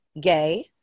gay